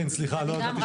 לכן הרבנות